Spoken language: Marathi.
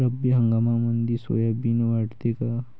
रब्बी हंगामामंदी सोयाबीन वाढते काय?